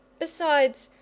besides,